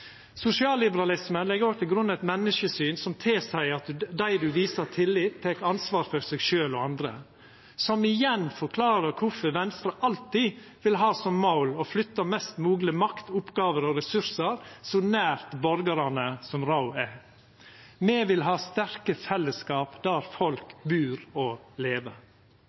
Sosialliberalismen legg òg til grunn eit menneskesyn som tilseier at dei ein viser tillit, tek ansvar for seg sjølv og andre, noko som igjen forklarer kvifor Venstre alltid vil ha som mål å flytta mest mogeleg makt, oppgåver og ressursar så nær borgarane som råd er. Me vil ha sterke fellesskap der folk bur og lever.